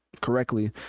correctly